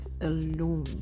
alone